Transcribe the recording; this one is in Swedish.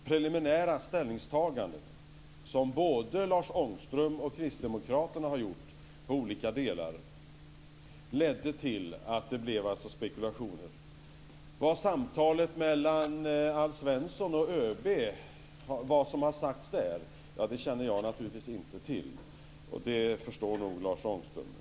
Preliminära ställningstaganden, som både Lars Ångström och kristdemokraterna har gjort i olika delar, ledde alltså till spekulationer. Vad som har sagts i samtalet mellan Alf Svensson och ÖB känner jag naturligtvis inte till, och det förstår nog Lars Ångström.